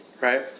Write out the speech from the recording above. Right